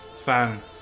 fan